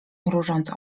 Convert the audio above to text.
mrużąc